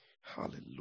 Hallelujah